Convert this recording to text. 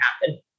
happen